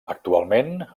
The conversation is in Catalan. actualment